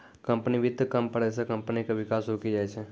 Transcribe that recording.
company वित्त कम पड़ै से कम्पनी के विकास रुकी जाय छै